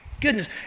goodness